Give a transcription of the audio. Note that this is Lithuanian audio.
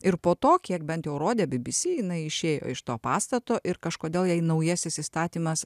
ir po to kiek bent jau rodė bbc jinai išėjo iš to pastato ir kažkodėl jai naujasis įstatymas